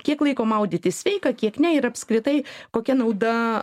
kiek laiko maudytis sveika kiek ne ir apskritai kokia nauda